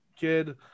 kid